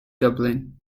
dublin